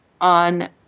on